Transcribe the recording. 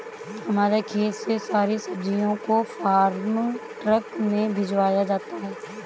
हमारे खेत से सारी सब्जियों को फार्म ट्रक में भिजवाया जाता है